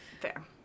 Fair